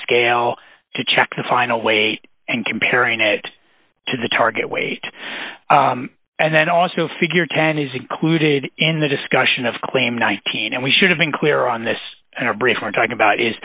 scale to check the final weight and comparing it to the target weight and then also figure ten is included in the discussion of claim nineteen and we should have been clear on this and our brief we're talking about is